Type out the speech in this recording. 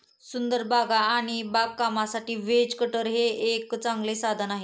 सुंदर बागा आणि बागकामासाठी हेज कटर हे एक चांगले साधन आहे